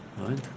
Right